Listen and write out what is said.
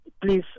Please